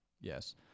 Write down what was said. Yes